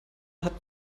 hatten